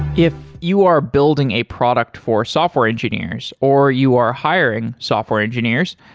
if you are building a product for software engineers, or you are hiring software engineers,